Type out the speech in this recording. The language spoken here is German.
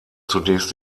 zunächst